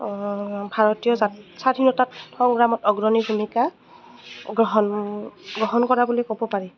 ভাৰতীয় জাতীয় স্বাধীনতা সংগ্ৰামত অগ্ৰণী ভূমিকা গ্ৰহণ গ্ৰহণ কৰা বুলি ক'ব পাৰি